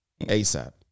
ASAP